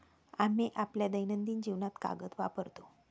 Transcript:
आम्ही आपल्या दैनंदिन जीवनात कागद वापरतो